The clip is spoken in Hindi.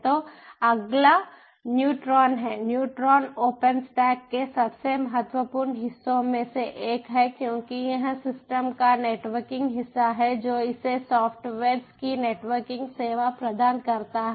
तो अगला न्यूट्रॉन है न्यूट्रॉन ओपनस्टैक के सबसे महत्वपूर्ण हिस्सों में से एक है क्योंकि यह सिस्टम का नेटवर्किंग हिस्सा है जो इसे सॉफ्टवेयर्स की नेटवर्किंग सेवा प्रदान करता है